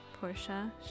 Portia